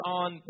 on